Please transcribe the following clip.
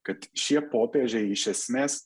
kad šie popiežiai iš esmės